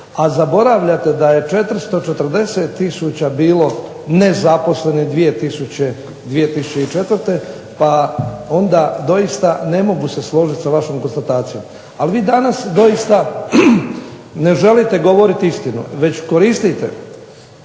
A zaboravljate da je 440 tisuća bilo nezaposlenih 2004. godine. Pa onda doista ne mogu se složiti sa vašom konstatacijom. Ali vi danas doista ne želite govoriti istinu već koristite